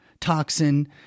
toxin